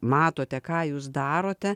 matote ką jūs darote